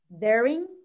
daring